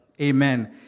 Amen